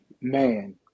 man